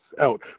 out